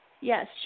Yes